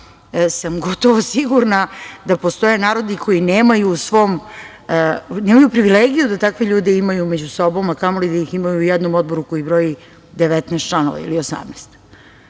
sam gotovo sigurna da postoje narodi koji nemaju privilegiju da takve ljude imaju među sobom, a kamoli da ih imaju u jednom Odboru koji broji 19 članova ili 18.Tu